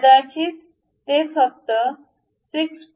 कदाचित ते फक्त 6